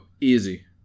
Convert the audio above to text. easy